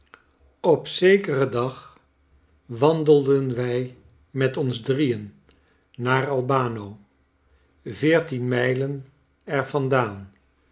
op zekeren dag wandelden wij met ons drieen naar a b a n o veertien mijlen er vandaan